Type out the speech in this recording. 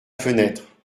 fenêtre